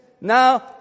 now